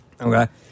Okay